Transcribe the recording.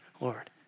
Lord